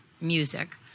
music